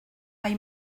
hay